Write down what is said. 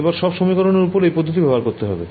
এবার সব সমীকরণের ওপর এই পদ্ধতি ব্যবহার করতে হবে